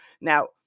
Now